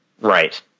Right